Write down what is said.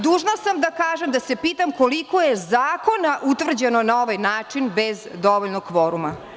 Dužna sam da kažem, da se pitam koliko je zakona utvrđeno na ovaj način bez dovoljno kvoruma?